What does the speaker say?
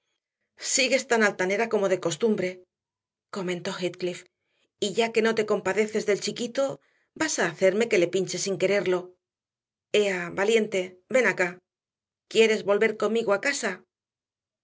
sigues tan altanera como de costumbre comentó heathcliff y ya que no te compadeces del chiquito vas a hacerme que le pinche sin quererlo ea valiente ven acá quieres volver conmigo a casa